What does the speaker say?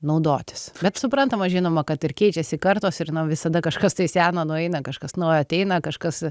naudotis bet suprantama žinoma kad ir keičiasi kartos ir nu visada kažkas tai seno nueina kažkas naujo ateina kažkas